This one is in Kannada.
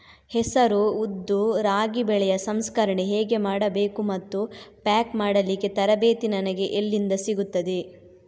ಹೆಸರು, ಉದ್ದು, ರಾಗಿ ಬೆಳೆಯ ಸಂಸ್ಕರಣೆ ಹೇಗೆ ಮಾಡಬೇಕು ಮತ್ತು ಪ್ಯಾಕ್ ಮಾಡಲಿಕ್ಕೆ ತರಬೇತಿ ನನಗೆ ಎಲ್ಲಿಂದ ಸಿಗುತ್ತದೆ?